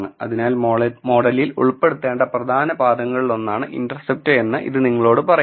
അതിനാൽ മോഡലിൽ ഉൾപ്പെടുത്തേണ്ട പ്രധാനപ്പെട്ട പദങ്ങളിലൊന്നാണ് ഇന്റർസെപ്റ്റ് എന്ന് ഇത് നിങ്ങളോട് പറയുന്നു